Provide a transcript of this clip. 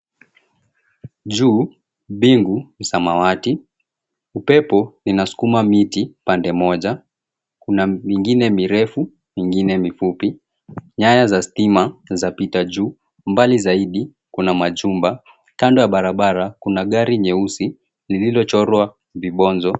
Juu, mbingu ni samawati, upepo inasukuma miti pande moja. Kuna mingine mirefu, mingine mifupi. Nyaya za stima zapita juu, mbali zaidi kuna majumba. Kando ya barabara, kuna gari nyeusi lililochorwa vibonzo.